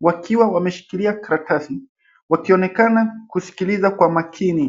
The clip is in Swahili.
wakiwa wameshikilia karatasi wakionekana kusikiliza kwa makini.